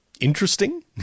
interesting